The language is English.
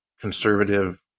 conservative